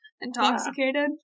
Intoxicated